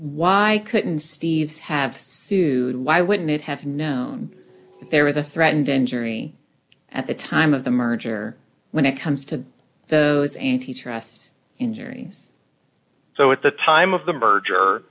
why couldn't steve have two why wouldn't it have known there was a threatened injury at the time of the merger when it comes to those anti trust injury so at the time of the merger